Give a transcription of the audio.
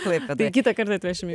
klaipėdoj kitą kartą atvešim